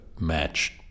match